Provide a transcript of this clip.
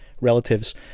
relatives